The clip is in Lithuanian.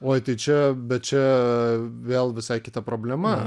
oi tai čia bet čia vėl visai kita problema